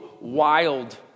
wild